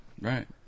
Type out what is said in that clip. Right